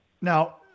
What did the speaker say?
now